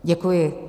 Děkuji.